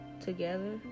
together